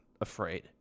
afraid